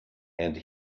and